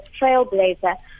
Trailblazer